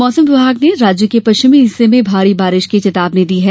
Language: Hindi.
मौसम विभाग ने राज्य के पश्चिमी हिस्से में भारी बारिश की चेतावनी दी है